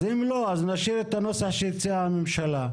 אם לא, אז נשאיר את הנוסח שהציעה הממשלה.